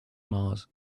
mars